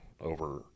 over